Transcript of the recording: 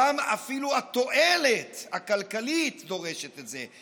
אפילו התועלת הכלכלית דורשת את זה,